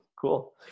Cool